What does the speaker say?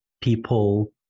people